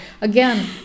again